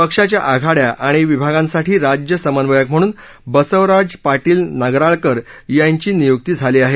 पक्षाच्या आघाड्या आणि विभागांसाठी राज्य समन्वयक म्हणून बसवराज पाटील नगराळकर यांची नियुक्ती झाली आहे